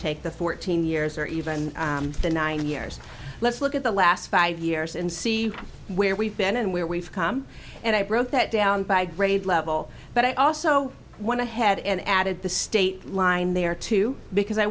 take the fourteen years or even the nine years let's look at the last five years and see where we've been and where we've come and i broke that down by grade level but i also want to head and added the state line there too because i